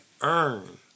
earn